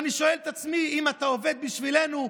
אני שואל את עצמי: אם אתה עובד בשבילנו,